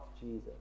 Jesus